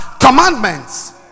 commandments